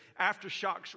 aftershocks